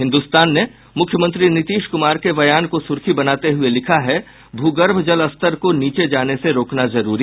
हिन्दुस्तान ने मुख्यमंत्री नीतीश कुमार के बयान को सुर्खी बनाते हुए लिखा है भूगर्भ जल स्तर को नीचे जाने से रोकना जरूरी